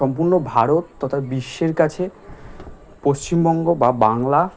সম্পূর্ণ ভারত তথা বিশ্বের কাছে পশ্চিমবঙ্গ বা বাংলা